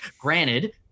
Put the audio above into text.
Granted